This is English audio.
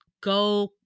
go